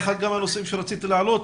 אחד מהנושאים שרציתי להעלות,